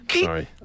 Sorry